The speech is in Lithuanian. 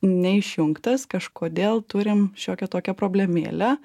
neišjungtas kažkodėl turim šiokią tokią problemėlę